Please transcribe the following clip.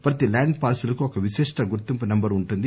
ప్రతి land parcel కు ఒక విశిష్ట గుర్తింపు నెంబర్ ఉంటుంది